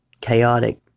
chaotic